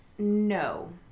no